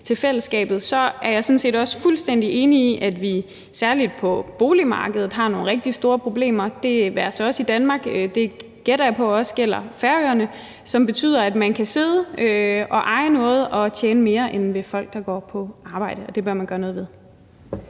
til fællesskabet. Så er jeg sådan set også fuldstændig enig i, at vi særlig på boligmarkedet har nogle rigtig store problemer – det være sig i Danmark, og det gætter jeg på også gælder Færøerne – som betyder, at man kan sidde og eje noget og tjene mere end folk, der går på arbejde. Og det bør man gøre noget ved.